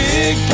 Big